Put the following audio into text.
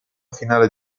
finale